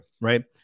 Right